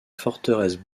forteresse